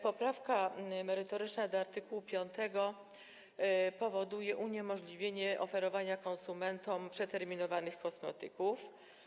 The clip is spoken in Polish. Poprawka merytoryczna do art. 5 powoduje uniemożliwienie oferowania konsumentom przeterminowanych kosmetyków.